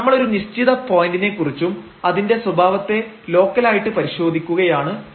നമ്മൾ ഒരു നിശ്ചിത പോയന്റിനെ കുറിച്ചും അതിന്റെ സ്വഭാവത്തെ ലോക്കലായിട്ട് പരിശോധിക്കുകയുമാണ് ചെയ്യുന്നത്